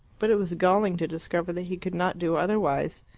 but it was galling to discover that he could not do otherwise.